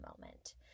moment